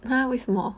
!huh! 为什么